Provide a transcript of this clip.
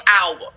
hour